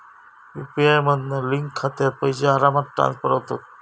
UPI मधना link खात्यात पैशे आरामात ट्रांसफर होतत